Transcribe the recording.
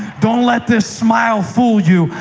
don't let this smile fool you.